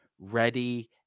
ready